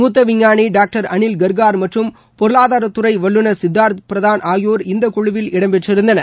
மூத்த விஞ்ஞானி டாங்டர் அணில் கர்கார் மற்றும் பொருளாதாரத் துறை வல்லுநர் சித்தார்த் பிரதான் ஆகியோர் இந்தக் குழுவில் இடம் பெற்றிருந்தனர்